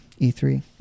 E3